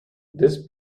this